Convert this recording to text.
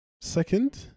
Second